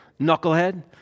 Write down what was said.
knucklehead